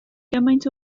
gymaint